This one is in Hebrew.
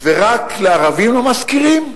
ורק לערבים לא משכירים?